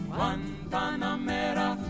Guantanamera